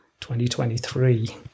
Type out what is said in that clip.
2023